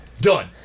Done